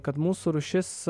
kad mūsų rūšis